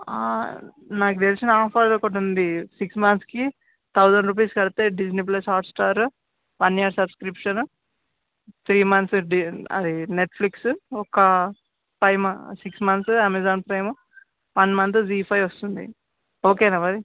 నాకు తెలిసిన ఆఫర్ ఒకటి ఉంది సిక్స్ మంత్స్కి థౌసండ్ రూపీస్ కడితే Disney plus Hotstar one year subscription three months డి అది నెట్ఫ్లిక్స్ ఒక five six months Amazon Prime one month Zee five వస్తుంది ఓకేనా మరి